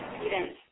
students